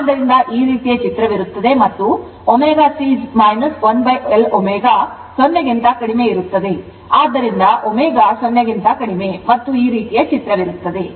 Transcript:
ಆದ್ದರಿಂದ ಈ ರೀತಿಯ ಚಿತ್ರವಿರುತ್ತದೆ ಮತ್ತು ω C 1L ω 0 ಕ್ಕಿಂತ ಕಡಿಮೆಯಿರುತ್ತದೆ ಆದ್ದರಿಂದ ω 0 ಕ್ಕಿಂತ ಕಡಿಮೆ ಮತ್ತು ಈ ರೀತಿಯ ಚಿತ್ರವಿರುತ್ತದೆ